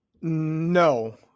No